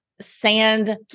sand